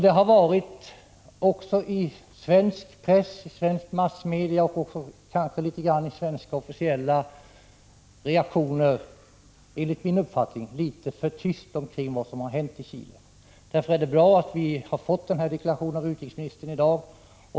Det har i svenska massmedia, och kanske i svenska officiella reaktioner, enligt min mening varit litet för tyst kring vad som har hänt i Chile. Därför är det bra att vi har fått den här deklarationen av utrikesministern i dag.